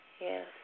yes